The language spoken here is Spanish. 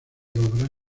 obras